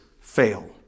fail